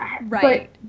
Right